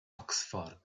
oxford